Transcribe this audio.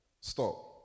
Stop